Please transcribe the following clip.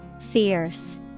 Fierce